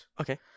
okay